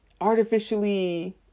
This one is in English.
artificially